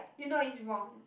you know is wrong